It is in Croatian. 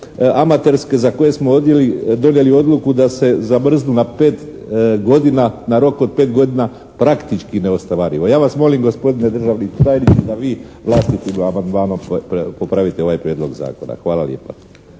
za koje smo donijeli odluku da se zamrznu na rok od pet godina praktički neostvarivo. Ja vas molim gospodine državni tajniče da vi vlastitim amandmanom popravite ovaj prijedlog zakona. Hvala lijepa.